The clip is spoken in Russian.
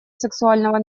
сексуального